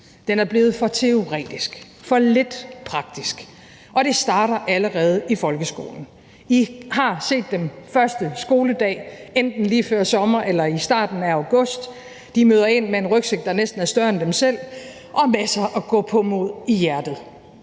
Den er blevet for teoretisk og for lidt praktisk, og det starter allerede i folkeskolen. I har set dem første skoledag, enten lige før sommer eller i starten af august. De møder ind med en rygsæk, der næsten er større end dem selv, og masser af gåpåmod i hjertet.